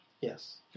yes